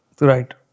Right